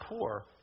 poor